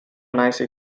nice